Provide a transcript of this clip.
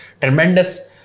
tremendous